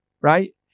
Right